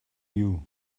you